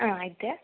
ആ ഇത്